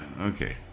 okay